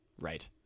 Right